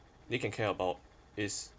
they can care about is